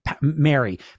Mary